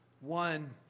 one